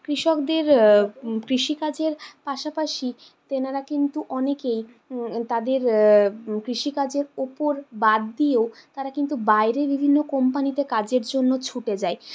কৃষকদের কৃষিকাজের পাশাপাশি তেনারা কিন্তু অনেকেই তাদের কৃষিকাজের উপর বাদ দিয়েও তারা কিন্তু বাইরে বিভিন্ন কোম্পানিতে কাজের জন্য ছুটে যায়